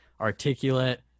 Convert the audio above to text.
articulate